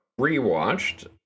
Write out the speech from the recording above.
rewatched